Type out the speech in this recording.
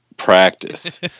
practice